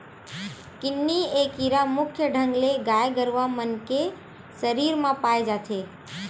किन्नी ए कीरा मुख्य ढंग ले गाय गरुवा मन के सरीर म पाय जाथे